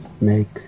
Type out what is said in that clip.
make